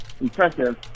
Impressive